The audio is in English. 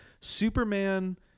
Superman